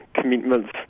commitments